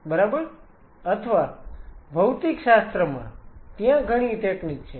બરાબર અથવા ભૌતિકશાસ્ત્રમાં ત્યાં ઘણી ટેકનીક છે